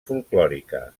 folklòrica